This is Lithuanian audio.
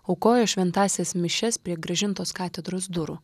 aukojo šventąsias mišias prie grąžintos katedros durų